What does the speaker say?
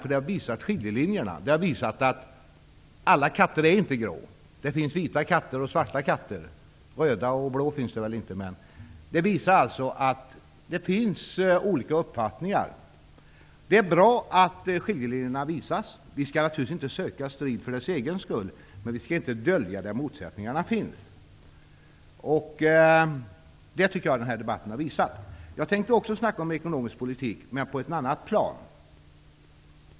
Debatten har visat på skiljelinjerna, nämligen att alla katter inte är grå. Det finns vita katter och svarta katter. Röda och blå finns det väl inte. Det finns olika uppfattningar. Det är bra att skiljelinjerna visas. Vi skall naturligtvis inte söka strid för dess egen skull. Men vi skall inte dölja var motsättningarna finns. Jag tycker att denna debatt har visat detta. Jag tänkte också prata om ekonomisk politik, men på ett annat plan.